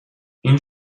این